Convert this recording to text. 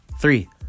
Three